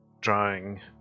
drawing